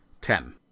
Ten